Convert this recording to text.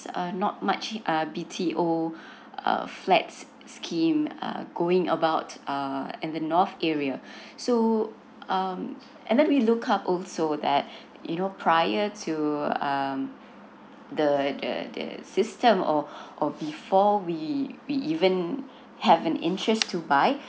not much uh B T O flat scheme err going about uh in the north area so um and then we look up also that you know prior to um the the the system or or before we we even have an interest to buy